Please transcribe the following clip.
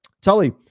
Tully